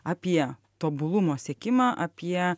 apie tobulumo siekimą apie